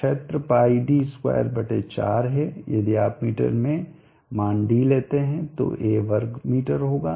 क्षेत्र πd24 है यदि आप मीटर में मान d लेते हैं तो A वर्ग मीटर होगा